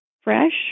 fresh